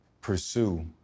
pursue